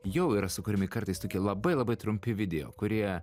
jau yra sukuriami kartais tokie labai labai trumpi video kurie